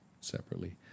separately